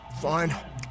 Fine